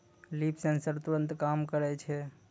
leaf sensor तुरत काम करै छै